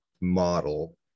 model